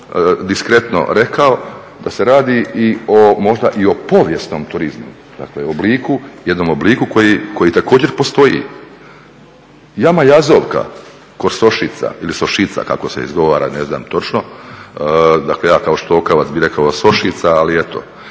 diskretno rekao, da se radi možda i o povijesnom turizmu, dakle jednom obliku koji također postoji. Jama Jazovka kod Sošica, ne znam kako se izgovara točno, ja kao štokavac bi rekao Sošica ali eto,